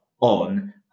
on